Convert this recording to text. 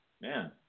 Man